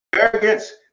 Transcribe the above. arrogance